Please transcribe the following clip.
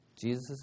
Jesus